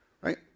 right